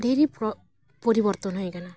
ᱰᱷᱮᱨ ᱜᱮ ᱯᱚ ᱯᱚᱨᱤᱵᱚᱨᱛᱚᱱ ᱦᱩᱭ ᱟᱠᱟᱱᱟ